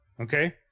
Okay